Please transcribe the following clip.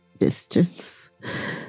distance